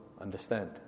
understand